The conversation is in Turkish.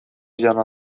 can